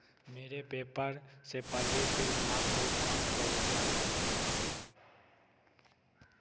मेरे पेपैल से प्रदीप बिवला को पाँच सौ रुपया का भुगतान करें